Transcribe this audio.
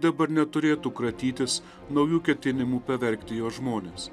dabar neturėtų kratytis naujų ketinimų pavergti jos žmones